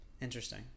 Interesting